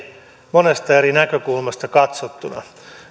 monesta eri näkökulmasta katsottuna